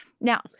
Now